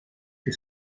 que